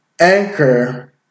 Anchor